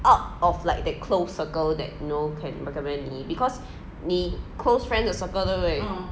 out of like the close circle that you know can you recommend me because 你 close friend 的 circle 对不对